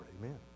Amen